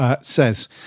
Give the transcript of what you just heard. says